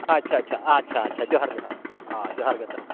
ᱟᱪᱪᱷᱟ ᱟᱪᱪᱷᱟ ᱟᱪᱪᱷᱟ ᱟᱪᱪᱷᱟ ᱡᱚᱦᱟᱨ ᱡᱚᱦᱟᱨ ᱡᱚᱦᱟᱨᱜᱮ